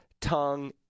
tongue